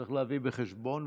צריך להביא בחשבון,